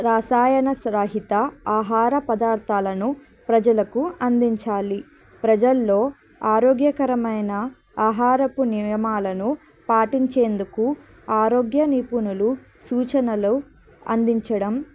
రసాయన స రహిత ఆహార పదార్థాలను ప్రజలకు అందించాలి ప్రజల్లో ఆరోగ్యకరమైన ఆహారపు నియమాలను పాటించేందుకు ఆరోగ్య నిపుణులు సూచనలు అందించడం